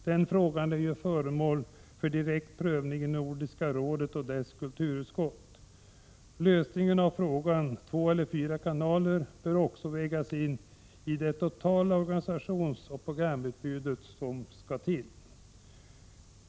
Den frågan är föremål för direkt prövning inom Nordiska Rådet och dess kulturutskott. En lösning av frågan om två eller fyra kanaler bör också vägas in i det totala organisationsoch programutbud som skall till.